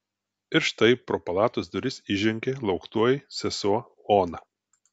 ir štai pro palatos duris įžengė lauktoji sesuo ona